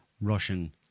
Russian